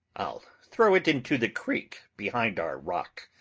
i'll throw't into the creek behind our rock,